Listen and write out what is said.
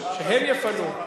שהם יפנו?